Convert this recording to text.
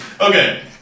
Okay